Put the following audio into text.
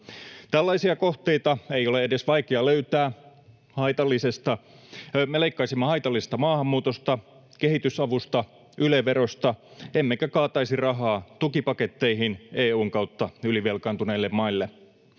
Tällaisia kohteita ei ole edes vaikea löytää. Me leikkaisimme haitallisesta maahanmuutosta, kehitysavusta ja Yle-verosta emmekä kaataisi EU:n kautta rahaa tukipaketteihin ylivelkaantuneille maille.